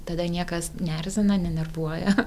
tada niekas neerzina nenervuoja